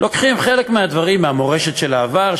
לוקחים חלק מהדברים מהמורשת של העבר,